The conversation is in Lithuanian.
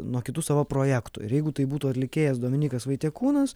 nuo kitų savo projektų ir jeigu tai būtų atlikėjas dominykas vaitiekūnas